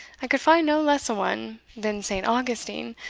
i could find no less a one than saint augustine,